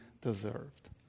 deserved